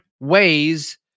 ways